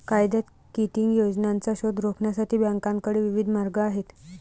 कायद्यात किटिंग योजनांचा शोध रोखण्यासाठी बँकांकडे विविध मार्ग आहेत